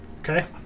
Okay